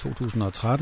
2013